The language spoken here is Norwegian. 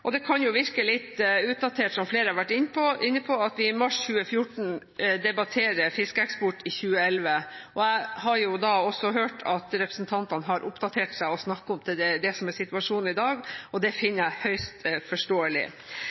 og det kan jo virke litt utdatert, som flere har vært inne på, at i mars 2014 debatteres fiskeeksporten i 2011. Jeg har hørt at representantene har oppdatert seg og snakker om det som er situasjonen i dag, og det finner jeg høyst forståelig.